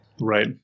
right